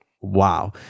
Wow